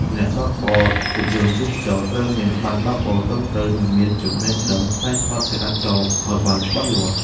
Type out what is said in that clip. អ្នកបើកបររថយន្តទេសចរណ៍ត្រូវមានប័ណ្ណបើកបរត្រឹមត្រូវ និងមានចំណេះដឹងផ្នែកច្បាប់ចរាចរណ៍ឱ្យបានច្បាស់លាស់។